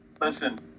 Listen